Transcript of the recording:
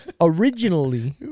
Originally